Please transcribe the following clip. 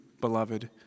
beloved